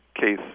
case